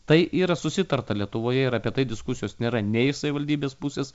tai yra susitarta lietuvoje ir apie tai diskusijos nėra nei iš savivaldybės pusės